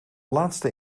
laatste